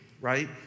Right